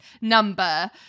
number